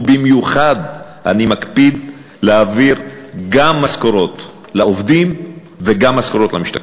ובמיוחד אני מקפיד להעביר גם משכורות לעובדים וגם משכורות למשתקמים.